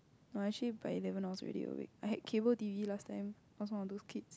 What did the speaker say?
no actually by eleven I was already awake I had cable T_V last time I was one of those kids